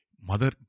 Mother